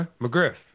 McGriff